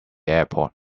airport